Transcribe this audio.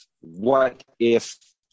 what-if